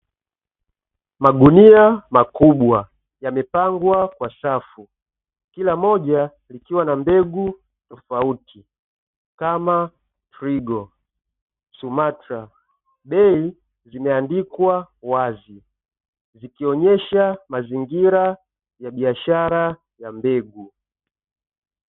Magunia makubwa yamepangwa kwa safu kila moja likiwa na mbegu tofauti kama: frigo, sumatra. Bei zimeandikwa wazi zikionyesha mazingira ya biashara ya mbegu.